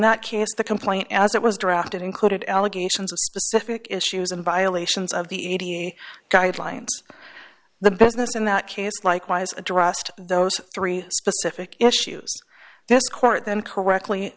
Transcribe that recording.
that case the complaint as it was drafted included allegations of specific issues and violations of the eighty guidelines the business in that case likewise addressed those three specific issues this court then correctly